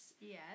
Yes